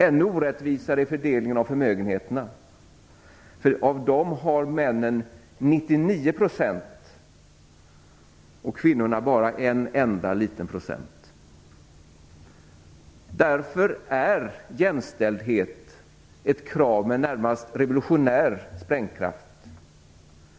Ännu orättvisare är fördelningen av förmögenheterna, för av dem har männen 99 % och kvinnorna bara den enda återstående procenten. Därför är jämställdheten ett krav med en närmast revolutionär sprängkraft.